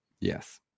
Yes